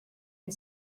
and